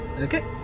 Okay